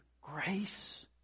grace